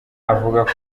avuga